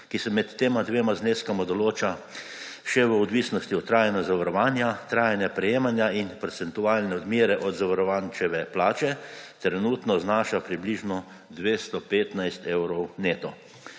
ki se med tema dvema zneskoma določa še v odnosnosti od trajanja zavarovanja, trajanja prejemanja in procentualne odmere od zavarovančeve plače, trenutno znaša približno 215 evrov neto.